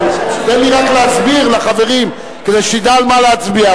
אבל תן לי רק להסביר לחברים כדי שתדע על מה להצביע.